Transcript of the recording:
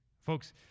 folks